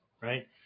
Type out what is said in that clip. right